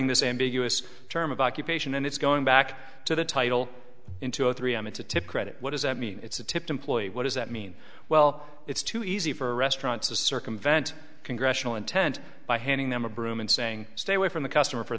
in this ambiguous term of occupation and it's going back to the title in two or three am it's a tip credit what does that mean it's a tip employee what does that mean well it's too easy for a restaurant to circumvent congressional intent by handing them a broom and saying stay away from the customer for